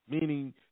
meaning